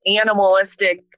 animalistic